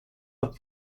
the